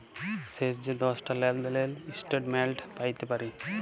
শেষ যে দশটা লেলদেলের ইস্ট্যাটমেল্ট প্যাইতে পারি